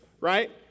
right